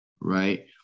right